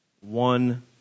one